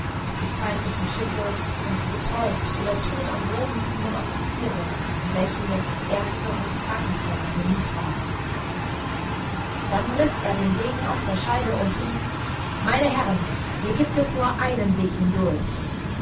auf die feindlichen schiffe und die betäubt oder tot am boden liegenden offiziere um welche jetzt ärzte und krankenträger bemüht waren dann riß er den degen aus der scheide und rief meine herren hier gibt es nur einen weg hindurch